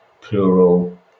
plural